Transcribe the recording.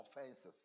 offenses